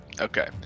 Okay